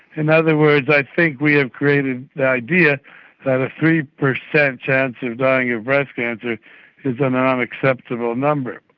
in other words, i think we have created the idea that a three percent chance of dying of breast cancer is an unacceptable number.